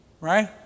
Right